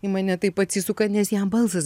į mane taip atsisuka nes jam balsas